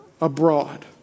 abroad